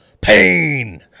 Pain